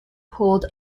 pulled